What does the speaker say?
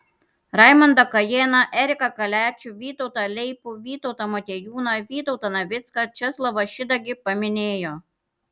raimondą kajėną eriką kaliačių vytautą leipų vytautą motiejūną vytautą navicką česlovą šidagį paminėjo